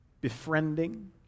befriending